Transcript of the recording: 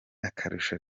akarusho